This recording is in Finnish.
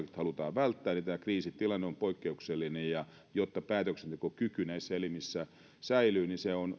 välttää tämä kriisitilanne on poikkeuksellinen ja jotta päätöksentekokyky näissä elimissä säilyy niin näin on